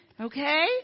Okay